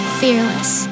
fearless